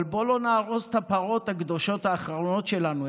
אבל בואו לא נהרוס את הפרות הקדושות האחרות שלנו,